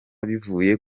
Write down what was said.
bivuye